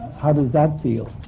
how does that feel?